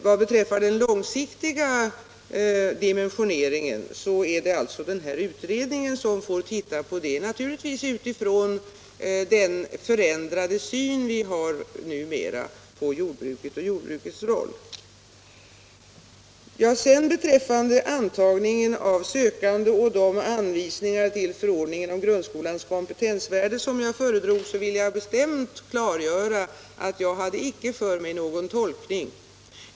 Vad beträffar den långsiktiga dimensioneringen är det alltså den här nämnda utredningen som får titta på den — naturligtvis utifrån den förändrade syn vi har numera på jordbruket och dess roll. När det gäller antagningen av sökande och de anvisningar till förordningen om grundskolans kompetensvärde som jag föredrog vill jag bestämt klargöra att jag icke hade för mig någon tolkning.